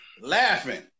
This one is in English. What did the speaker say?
laughing